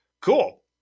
Cool